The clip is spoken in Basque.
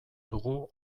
dugu